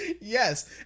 Yes